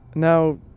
Now